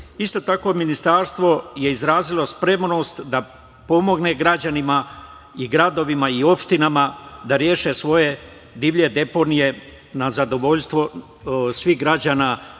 tako, Ministarstvo je izrazilo spremnost da pomogne građanima, gradovima i opštinama da reše svoje divlje deponije na zadovoljstvo svih građana